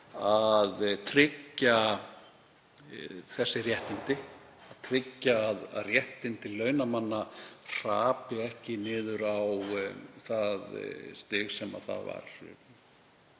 að tryggja þessi réttindi, tryggja að réttindi launamanna hrapi ekki niður á það stig sem það var